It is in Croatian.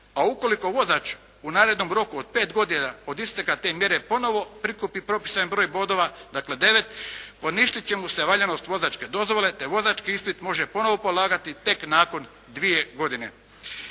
a ukoliko vozač u narednom roku od pet godina od isteka te mjere ponovo prikupi propisani broj bodova dakle 9, poništit će mu se valjanost vozačke dozvole te vozački ispit može ponovno polagati tek nakon dvije godine.